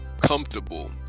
comfortable